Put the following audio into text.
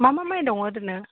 मा मा माइ दं ओरैनो